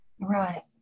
Right